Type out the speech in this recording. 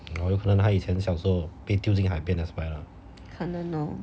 oh 有可能他以前小时候被丢进海边 that's why lah